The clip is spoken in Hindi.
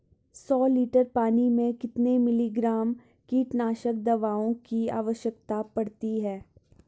सौ लीटर पानी में कितने मिलीग्राम कीटनाशक दवाओं की आवश्यकता पड़ती है?